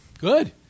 Good